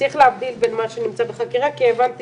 צריך להבדיל בין מה שנמצא בחקירה כי הבנתי